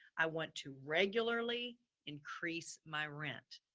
i want to regularly increase my rent.